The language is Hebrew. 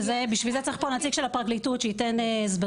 בשביל זה צריך פה נציג של הפרקליטות שייתן הסברים,